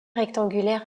rectangulaires